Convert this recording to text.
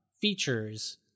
features